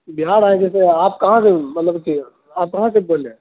بہار آئے تھے تو آپ کہاں سے مطلب کہ آپ کہاں سے بول رہے ہیں